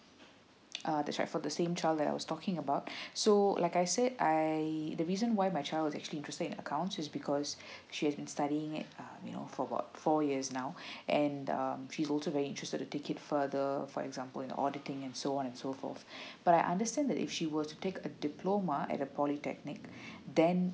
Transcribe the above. uh the check for the same child that I was talking about so uh like I said I the reason why my child actually interested in account is because she has been studying it uh you know for about four years now and um she's also very interested to take it further uh for example in auditing and so on so forth but I understand that if she were to take a diploma at the polytechnic then